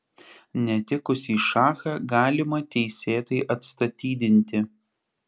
netikusį šachą galima teisėtai atstatydinti